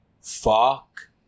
fuck